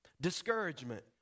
Discouragement